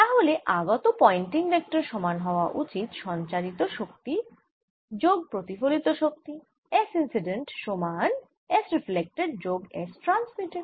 তাহলে আগত Poynting vector সমান হওয়া উচিত সঞ্চারিত শক্তি যোগ প্রতিফলিত শক্তি S ইন্সিডেন্ট সমান S রিফ্লেক্টেড যোগ S ট্রান্সমিটেড